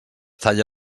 talla